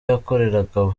yakoreraga